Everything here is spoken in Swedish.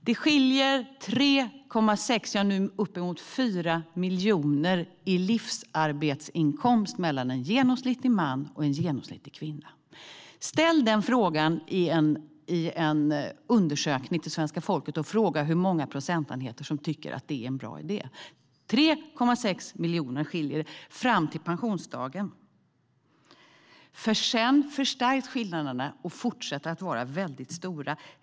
Det skiljer 3,6 - ja, nu uppemot 4 - miljoner i livsarbetsinkomst mellan en genomsnittlig man och en genomsnittlig kvinna. Ställ frågan i en undersökning till svenska folket! Fråga hur många procentenheter som tycker att detta är en bra idé! Det skiljer 3,6 miljoner fram till pensionsdagen. Sedan förstärks skillnaderna, och de fortsätter att vara väldigt stora.